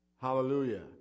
Hallelujah